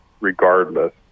regardless